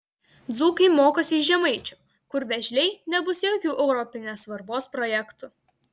dzūkai mokosi iš žemaičių kur vėžliai nebus jokių europinės svarbos projektų